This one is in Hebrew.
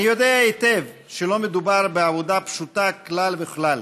אני יודע היטב שלא מדובר בעבודה פשוטה כלל וכלל.